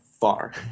far